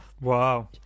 Wow